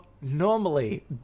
normally